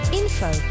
info